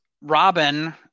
Robin